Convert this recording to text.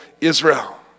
Israel